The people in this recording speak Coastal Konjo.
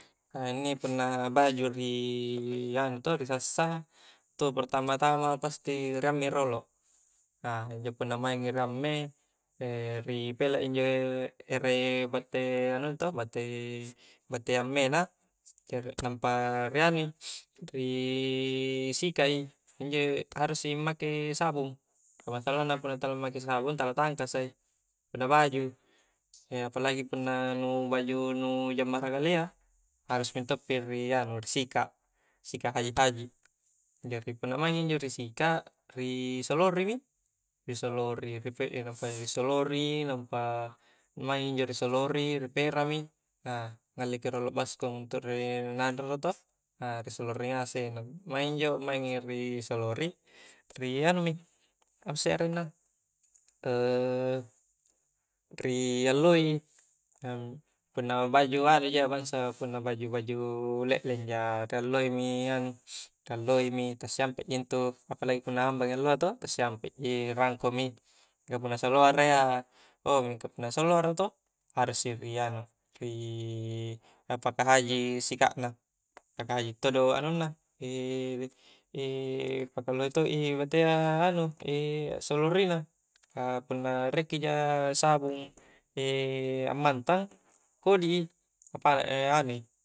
inni punna baju ri anu toh ri sassa intu pertama-tama pasti riammei rolo, injo punna maing i riamme e ri pelak injo ere bate anunna to bate ammena nampa ri anui ri sikak i injo harus i make sabung ka masalahna punna tala make sabung tala tangkasai punna baju apalagi punna baju nu jammara kalia harus mintoppi ri anu ri sikak, sikak hajik-hajik, jari punna maing injo ri sikak ri solori mi nampa maing injo ri solori ri pera mi, ngalle ki rolo baskom untuk ri naro rolo toh, risolori ngasek, maing injo ri solori ri anumi ri apssek arenna, ri alloi mi, punna baju anu ji ia bangsa baju lekleng ja rialoi mi ta siampek ji intu, apalagi punna hambang allo a toh tassiampek ji rangko mi, mingka punna saloara ia harus i ri anu, rii paka jhajik sikak na, paka hajik todo anunna e, paka lohe todo i batea anu solori na ka punna riekija sabung ammmantang kodi i a anui, a panrak i anui